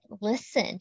listen